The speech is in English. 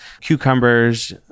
cucumbers